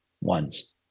ones